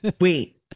Wait